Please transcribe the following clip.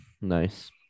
nice